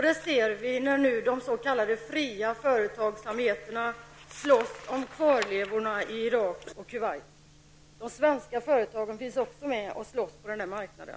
Det ser vi nu när de s.k. fria företagsamheterna slåss om kvarlevorna i Irak och Kuwait. De svenska företagen finns också med och slåss på denna marknad.